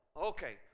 okay